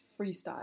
freestyle